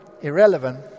irrelevant